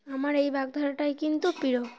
আমার এই বাগধারাটাই কিন্তু প্রিয়